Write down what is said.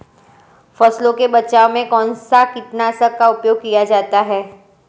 फसलों के बचाव में कौनसा कीटनाशक का उपयोग किया जाता है?